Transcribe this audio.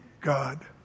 God